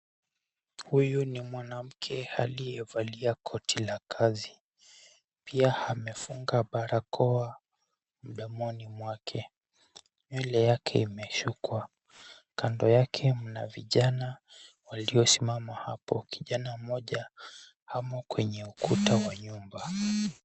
Huyu ni mwanamke aliyevalia koti la kazi, pia amefunga barakoa mdomoni mwake. Nywele yake imeshukwa. Kando yake mna vijana waliosimama hapo. Kijana mmoja amo kwenye ukuta wa nyumba.